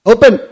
Open